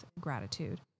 gratitude